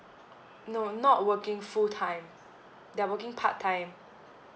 no not working full time they're working part time